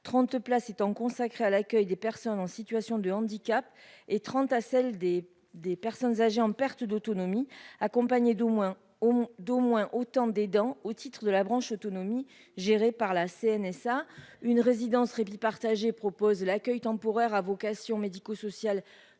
30 places étant consacré à l'accueil des personnes en situation de handicap et 30 à celle des des personnes âgées en perte d'autonomie accompagné d'au moins, au moins, d'au moins autant des dents au titre de la branche autonomie gérée par la CNSA une résidence Rebbie partager propose l'accueil temporaire à vocation médico-social